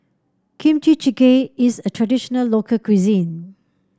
Kimchi Jjigae is a traditional local cuisine